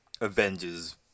Avengers